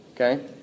Okay